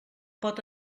pot